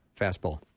fastball